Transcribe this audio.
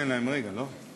ניתן להם רגע, לא?